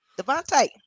Devontae